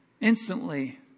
instantly